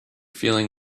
feeling